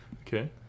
Okay